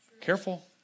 Careful